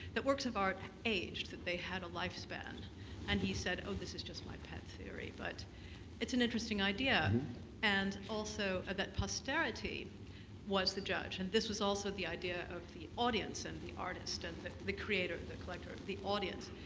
that works of art aged that they had a lifespan and he said, oh, this is just my pet theory. but it's an interesting idea and also that posterity was the judge. and this was also the idea of the audience of the artist, and the the creator of the collector, the audience,